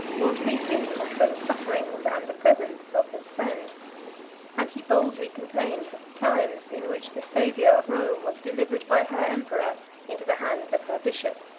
was rekindled by the sufferings and the presence, of his friend and he boldly complains of the times, in which the savior of rome was delivered by her emperor into the hands of her bishop.